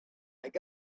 got